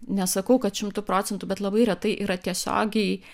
nesakau kad šimtu procentų bet labai retai yra tiesiogiai